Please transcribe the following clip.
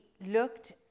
looked